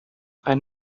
ein